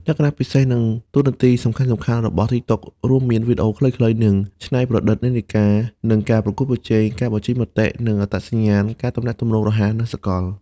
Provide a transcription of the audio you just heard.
លក្ខណៈពិសេស និងតួនាទីសំខាន់ៗរបស់ TikTok រួមមាន វីដេអូខ្លីៗ និងច្នៃប្រឌិតនិន្នាការ និង ការប្រកួតប្រជែង ការបញ្ចេញមតិ និងអត្តសញ្ញាណ ការទំនាក់ទំនងរហ័ស និងសកល។